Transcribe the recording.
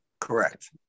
Correct